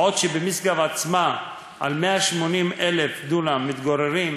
בעוד במשגב עצמה על 180,000 דונם מתגוררים